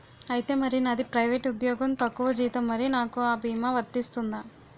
ఐతే మరి నాది ప్రైవేట్ ఉద్యోగం తక్కువ జీతం మరి నాకు అ భీమా వర్తిస్తుందా?